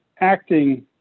acting